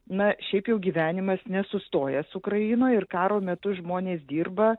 na šiaip jau gyvenimas nesustojas ukrainoj ir karo metu žmonės dirba